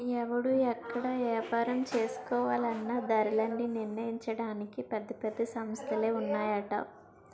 ఎవడు ఎక్కడ ఏపారం చేసుకోవాలన్నా ధరలన్నీ నిర్ణయించడానికి పెద్ద పెద్ద సంస్థలే ఉన్నాయట